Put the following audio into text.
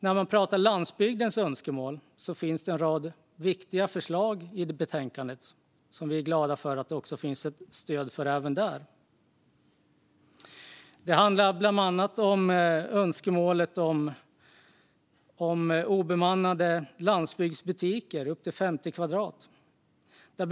När det gäller landsbygdens önskemål finns en rad viktiga förslag i betänkandet, och vi är glada för att det finns ett stöd även för dem. De handlar bland annat om förslag som gäller obemannade landsbygdsbutiker på upp till 50 kvadratmeter.